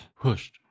pushed